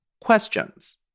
questions